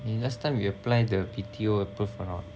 eh last time we apply the B_T_O approve or not